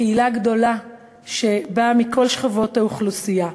קהילה גדולה שבאה מכל שכבות האוכלוסייה,